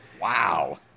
Wow